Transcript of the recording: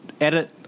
Edit